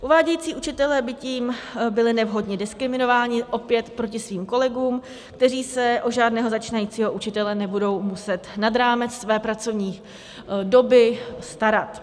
Uvádějící učitelé by tím byli nevhodně diskriminováni, opět proti svým kolegům, kteří se o žádného začínajícího učitele nebudou muset nad rámec své pracovní doby starat.